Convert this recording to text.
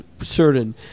certain